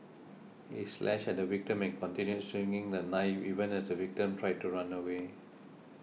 he slashed at the victim and continued swinging the knife even as the victim tried to run away